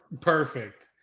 Perfect